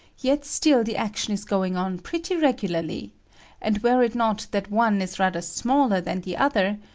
yet still the action is going on prettj regularly and were it not that one is rather smaller than the other,